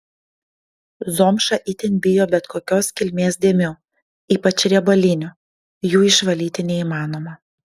zomša itin bijo bet kokios kilmės dėmių ypač riebalinių jų išvalyti neįmanoma